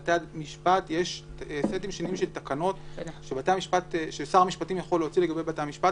שיש סטים שלמים של תקנות ששר המשפטים יכול להוציא לגבי בתי-המשפט,